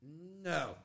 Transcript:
No